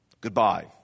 goodbye